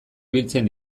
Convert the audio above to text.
ibiltzen